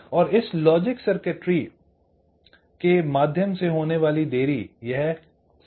और इस logic circuitry या स्टेज के माध्यम से होने वाली देरी यह t लॉजिक होती है